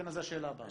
אתנה זו השאלה הבאה.